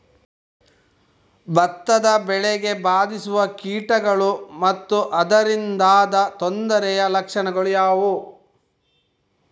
ಭತ್ತದ ಬೆಳೆಗೆ ಬಾರಿಸುವ ಕೀಟಗಳು ಮತ್ತು ಅದರಿಂದಾದ ತೊಂದರೆಯ ಲಕ್ಷಣಗಳು ಯಾವುವು?